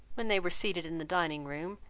when they were seated in the dining room,